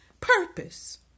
purpose